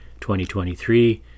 2023